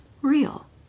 real